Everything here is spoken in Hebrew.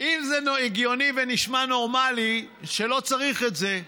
אם זה הגיוני ונשמע נורמלי שלא צריך את זה,